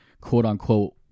quote-unquote